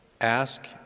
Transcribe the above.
Ask